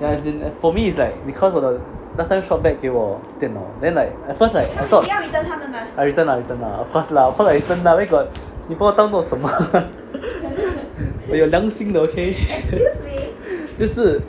as in for me is like because of the last time shop back 给我电脑 then like at first like I thought I return lah I return lah of course lah of course I return lah where got 你把我当做什么 我有良心的 okay 就是